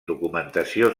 documentació